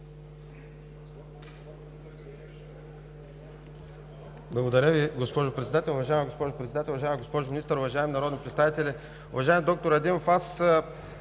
Благодаря Ви, госпожо Председател. Уважаема госпожо Председател, уважаема госпожо Министър, уважаеми народни представители! Уважаеми господин Ангелов, тук